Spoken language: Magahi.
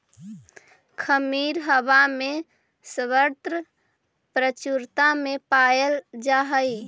खमीर हवा में सर्वत्र प्रचुरता में पायल जा हई